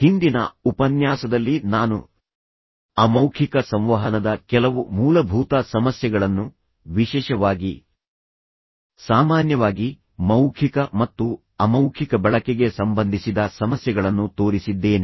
ಹಿಂದಿನ ಉಪನ್ಯಾಸದಲ್ಲಿ ನಾನು ಅಮೌಖಿಕ ಸಂವಹನದ ಕೆಲವು ಮೂಲಭೂತ ಸಮಸ್ಯೆಗಳನ್ನು ವಿಶೇಷವಾಗಿ ಸಾಮಾನ್ಯವಾಗಿ ಮೌಖಿಕ ಮತ್ತು ಅಮೌಖಿಕ ಬಳಕೆಗೆ ಸಂಬಂಧಿಸಿದ ಸಮಸ್ಯೆಗಳನ್ನು ತೋರಿಸಿದ್ದೇನೆ